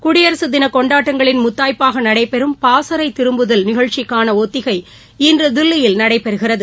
குடியரசு தின கொண்டாட்டங்களின் முத்தாய்ப்பாக நடைபெறும் பாசறை திரும்புதல் நிகழ்ச்சிக்கான ஒத்திகை இன்று தில்லியில் நடைபெறுகிறது